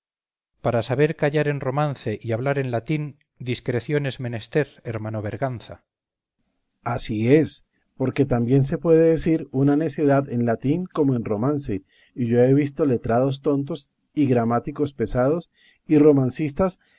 para saber callar en romance y hablar en latín discreción es menester hermano berganza berganza así es porque también se puede decir una necedad en latín como en romance y yo he visto letrados tontos y gramáticos pesados y romancistas